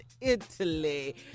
Italy